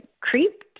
creeped